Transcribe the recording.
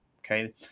Okay